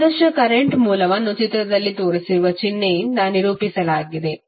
ಆದರ್ಶ current ಮೂಲವನ್ನು ಚಿತ್ರದಲ್ಲಿ ತೋರಿಸಿರುವ ಚಿಹ್ನೆಯಿಂದ ನಿರೂಪಿಸಲಾಗಿದೆ